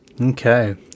okay